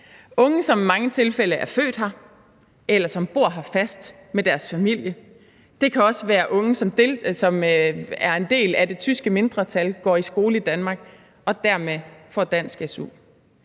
unge, som i mange tilfælde er født her, eller som bor her fast med deres familie. Det kan også være unge, som er en del af det tyske mindretal og går i skole i Danmark og dermed får dansk su.